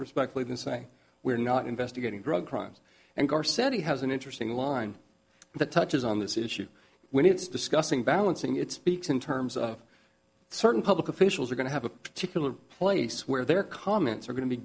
respectfully than say we're not investigating drug crimes and our city has an interesting line that touches on this issue when it's discussing balancing it speaks in terms of certain public officials are going to have a particular place where their comments are going to be